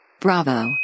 Bravo